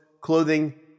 clothing